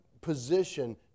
position